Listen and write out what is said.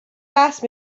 asked